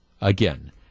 again